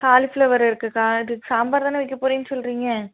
cauliflower இருக்குதுக்கா இது சாம்பார்தானே வைக்க போகிறேன்னு சொல்கிறீங்க